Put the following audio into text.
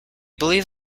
believe